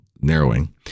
narrowing